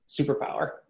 superpower